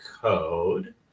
code